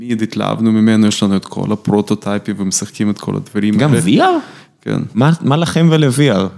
מיד התלהבנו ממנו, יש לנו את כל הפרוטוטייפים ומשחקים את כל הדברים. גם לVR? כן. מה לכם ולVR?